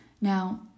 Now